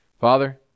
Father